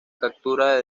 captura